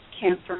cancer